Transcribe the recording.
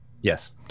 Yes